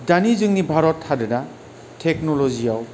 दानि जोंनि भारत हादोरा टेक्न'ल'जिआव